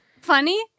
Funny